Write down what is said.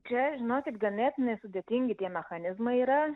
čia žinokit ganėtinai sudėtingi tie mechanizmai yra